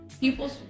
people